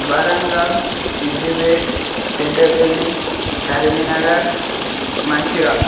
Warangal Siddipet Peddapalli Karimnagar Mancherial